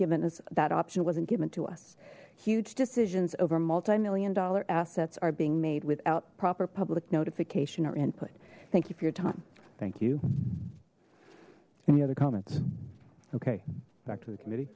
given as that option wasn't given to us huge decisions over multi million dollar assets are being made without proper public notification or input thank you for your time thank you any other comments okay back to the